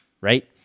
Right